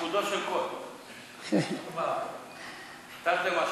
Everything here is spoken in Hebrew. מרגי, על חודו של קול, תרתי משמע.